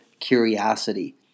curiosity